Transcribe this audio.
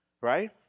Right